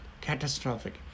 catastrophic